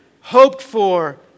hoped-for